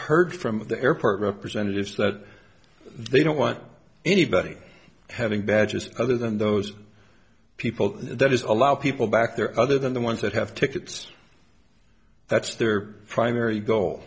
heard from the airport representatives that they don't want anybody having badges other than those people there's a lot of people back there other than the ones that have tickets that's their primary goal